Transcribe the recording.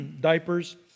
diapers